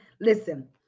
Listen